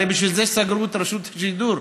הרי בשביל זה סגרו את רשות השידור.